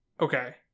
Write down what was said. Okay